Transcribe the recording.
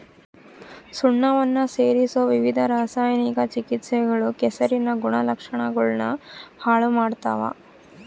ಸುಣ್ಣವನ್ನ ಸೇರಿಸೊ ವಿವಿಧ ರಾಸಾಯನಿಕ ಚಿಕಿತ್ಸೆಗಳು ಕೆಸರಿನ ಗುಣಲಕ್ಷಣಗುಳ್ನ ಹಾಳು ಮಾಡ್ತವ